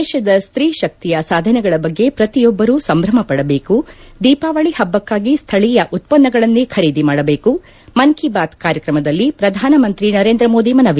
ದೇಶದ ಸ್ತೀ ಶಕ್ತಿಯ ಸಾಧನೆಗಳ ಬಗ್ಗೆ ಪ್ರತಿಯೊಬ್ಬರೂ ಸಂಭ್ರಮ ಪದಬೇಕು ದೀಪಾವಳಿ ಹಬ್ಬಕ್ಕಾಗಿ ಸ್ಥಳೀಯ ಉತ್ಪನ್ನಗಳನ್ನೇ ಖರೀದಿ ಮಾದಬೇಕು ಮನ್ ಕಿ ಬಾತ್ ಕಾರ್ಯಕ್ರಮದಲ್ಲಿ ಪ್ರಧಾನಮಂತ್ರಿ ನರೇಂದ್ರ ಮೋದಿ ಮನವಿ